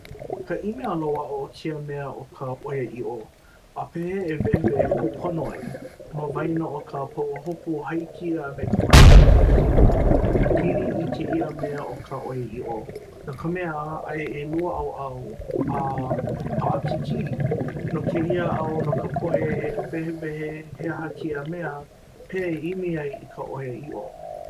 ka ʻimi a loaʻa o kēia mea o ka ʻoiaʻiʻo a pehea e wehewehe kūpono ai ma waena o ka pahuhopu hāiki me ka manaʻo pilikino. pili i kēia mea o ka ʻoiaʻiʻo. no ka mea aia ʻelua ʻaoʻao, a paʻakikī no kēia au no ka poʻe e wehewehe he aha kēia mea, pehea e ʻimi ai i ka ʻoiaʻiʻo.